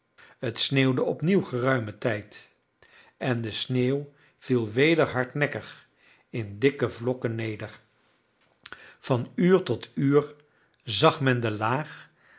het sneeuwde opnieuw geruimen tijd en de sneeuw viel weder hardnekkig in dichte vlokken neder van uur tot uur zag men de laag